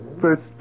First